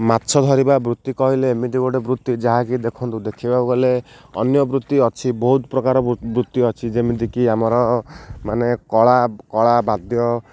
ମାଛ ଧରିବା ବୃତ୍ତି କହିଲେ ଏମିତି ଗୋଟେ ବୃତ୍ତି ଯାହାକି ଦେଖନ୍ତୁ ଦେଖିବାକୁ ଗଲେ ଅନ୍ୟ ବୃତ୍ତି ଅଛି ବହୁତ ପ୍ରକାର ବୃତ୍ତି ଅଛି ଯେମିତିକି ଆମର ମାନେ କଳା କଳା ବାଦ୍ୟ